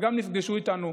וגם נפגשו איתנו,